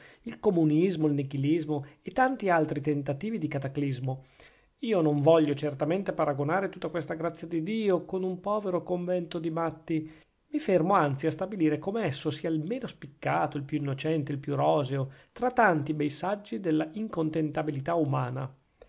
il comunismo il nichilismo e tanti altri tentativi di cataclismo io non voglio certamente paragonare tutta questa grazia di dio con un povero convento di matti mi fermo anzi a stabilire come esso sia il meno spiccato il più innocente il più roseo tra tanti bei saggi della incontentabilità umana